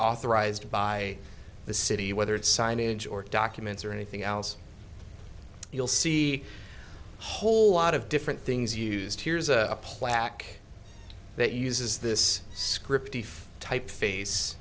authorized by the city whether it's signage or documents or anything else you'll see whole lot of different things used here's a plaque that uses this script if typeface